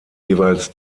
jeweils